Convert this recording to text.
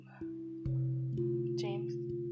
James